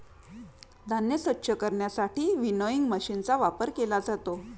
धान्य स्वच्छ करण्यासाठी विनोइंग मशीनचा वापर केला जातो